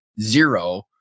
zero